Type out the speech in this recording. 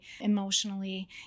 emotionally